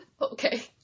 Okay